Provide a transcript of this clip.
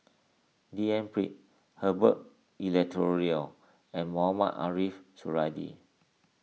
D N Pritt Herbert Eleuterio and Mohamed Ariff Suradi